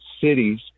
cities